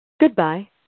Goodbye